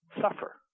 suffer